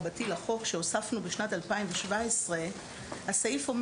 הסעיף אומר